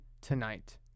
tonight